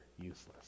useless